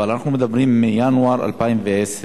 אבל אנחנו מדברים מינואר 2010,